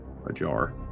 ajar